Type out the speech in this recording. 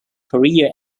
career